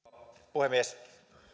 puhemies